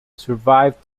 survived